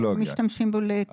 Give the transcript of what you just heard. משתמשים בו לטיפול בסרטן.